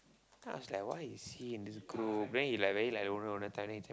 the I was like why is he in this group then he like very like loner loner type